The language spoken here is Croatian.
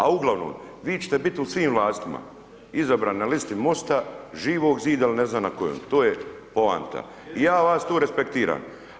A uglavnom, vi ćete biti u svim vlastima, izabrani na listi MOST-a, Živog Zida ili ne znam na kojem, to je poanta i ja vas tu respektiram.